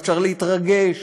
ואפשר להתרגש,